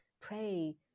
pray